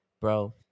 bro